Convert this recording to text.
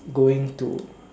going to